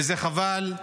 וזה חבל.